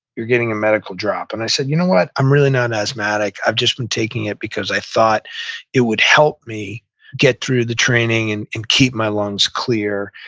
you're getting a medical drop. and i said, you know what? i'm really not an asthmatic. i've just been taking it because i thought it would help me get through the training, and and keep my lungs clear.